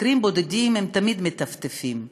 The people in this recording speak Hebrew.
מקרים בודדים תמיד מטפטפים,